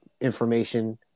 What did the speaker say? information